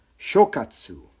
Shokatsu